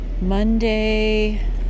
Monday